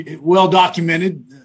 well-documented